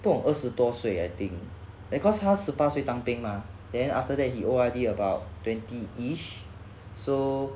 不懂二十多岁 I think eh cause 他十八岁当兵 mah then after that he O_R_D about twenty-ish so